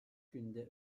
günde